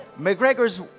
McGregor's